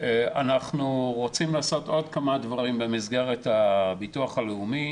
אנחנו רוצים לעשות עוד כמה דברים במסגרת הביטוח הלאומי.